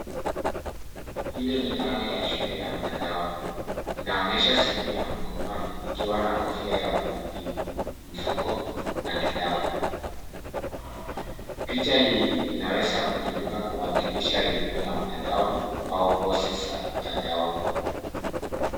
Hili ni dhana ya shule ya mtandaoni, inaonyesha simu ya mkononi ikiwa na kofia ya kuhitimu, mfuko na kitabu. Picha hii inaweza kutumika kuwakilisha elimu ya mtandaoni au kozi za mtandaoni.